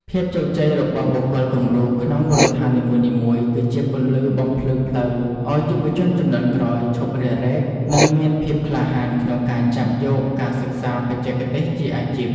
ភាពជោគជ័យរបស់បុគ្គលគំរូក្នុងមូលដ្ឋាននីមួយៗ គឺជាពន្លឺបំភ្លឺផ្លូវឱ្យយុវជនជំនាន់ក្រោយឈប់រារែក និងមានភាពក្លាហានក្នុងការចាប់យកការសិក្សាបច្ចេកទេសជាអាជីព។